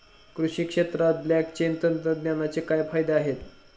कृषी क्षेत्रात ब्लॉकचेन तंत्रज्ञानाचे काय फायदे आहेत?